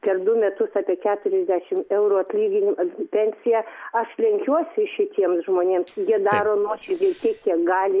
per du metus apie keturiasdešimt eurų atlyginimą pensiją aš lenkiuosi šitiems žmonėms jie daro nuoširdžiai tiek kiek gali